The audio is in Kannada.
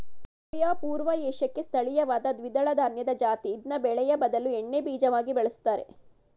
ಸೋಯಾ ಪೂರ್ವ ಏಷ್ಯಾಕ್ಕೆ ಸ್ಥಳೀಯವಾದ ದ್ವಿದಳಧಾನ್ಯದ ಜಾತಿ ಇದ್ನ ಬೇಳೆಯ ಬದಲು ಎಣ್ಣೆಬೀಜವಾಗಿ ಬಳುಸ್ತರೆ